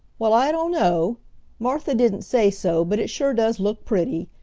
well, i dunno. martha didn't say so, but it sure does look pretty.